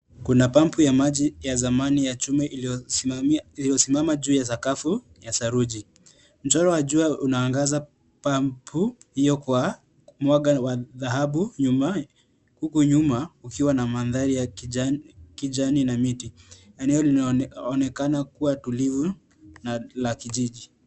Kuna pump ya maji ya zamani ya chuma iliyosimama juu ya sakafu ya saruji. Mchoro wa jua unaangaza pump hio kwa mwanga wa dhahabu huku nyuma kukiwa na mandhari ya kijani na miti. Eneo linaonekana kua tulivu na la kijiji.